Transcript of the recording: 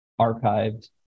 archived